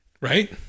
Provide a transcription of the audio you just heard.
Right